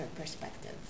perspective